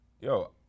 yo